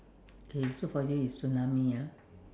okay for this is tsunami ah